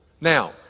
Now